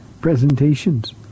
presentations